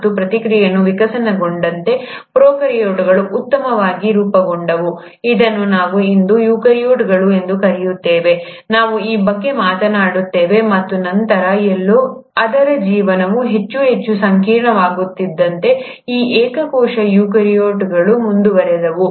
ಮತ್ತು ಪ್ರಕ್ರಿಯೆಯು ವಿಕಸನಗೊಂಡಂತೆ ಪ್ರೊಕಾರ್ಯೋಟ್ಗಳು ಉತ್ತಮವಾಗಿ ರೂಪುಗೊಂಡವು ಇದನ್ನು ನಾವು ಇಂದು ಯೂಕ್ಯಾರಿಯೋಟ್ಗಳು ಎಂದು ಕರೆಯುತ್ತೇವೆ ನಾವು ಈ ಬಗ್ಗೆ ಮಾತನಾಡುತ್ತೇವೆ ಮತ್ತು ನಂತರ ಎಲ್ಲೋ ಅದರ ಜೀವನವು ಹೆಚ್ಚು ಹೆಚ್ಚು ಸಂಕೀರ್ಣವಾಗುತ್ತಿದ್ದಂತೆ ಈ ಏಕಕೋಶ ಯೂಕ್ಯಾರಿಯೋಟ್ಗಳು ಮುಂದುವರೆದವು